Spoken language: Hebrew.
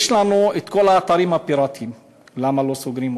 יש לנו כל האתרים הפיראטיים למה לא סוגרים אותם?